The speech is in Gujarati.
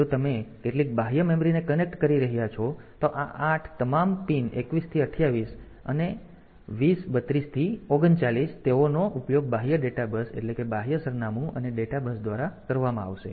તેથી જો તમે કેટલીક બાહ્ય મેમરીને કનેક્ટ કરી રહ્યાં છો તો આ 8 આ તમામ પિન 21 થી 28 અને 20 20 32 થી 39 તેઓનો ઉપયોગ બાહ્ય ડેટા બસ એટલે કે બાહ્ય સરનામું અને ડેટા બસ દ્વારા કરવામાં આવશે